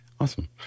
Awesome